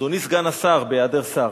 אדוני סגן השר, בהיעדר שר,